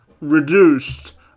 reduced